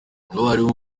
abarimu